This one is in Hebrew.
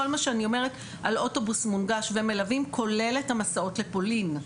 כל מה שאני אומרת על אוטובוס מונגש ומלווים כולל את המסעות לפולין,